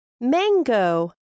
mango